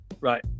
right